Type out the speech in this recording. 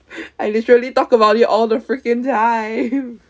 I literally talk about it all the freaking time